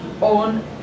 on